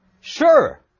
Sure